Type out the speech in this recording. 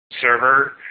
server